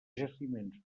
jaciments